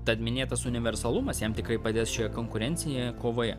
tad minėtas universalumas jam tikrai padės šioje konkurencinėje kovoje